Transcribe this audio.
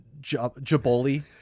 Jaboli